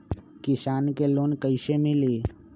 किसान के लोन कैसे मिली?